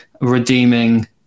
redeeming